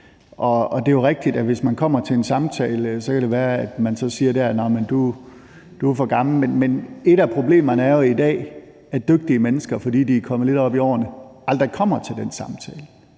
Det er jo rigtigt, at hvis de kommer til en samtale, kan det være, at der bliver sagt: Du er for gammel. Men et af problemerne er jo i dag, at dygtige mennesker, fordi de er kommet lidt op i årene, aldrig kommer til den samtale.